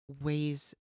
ways